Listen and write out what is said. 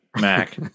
Mac